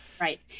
Right